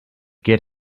get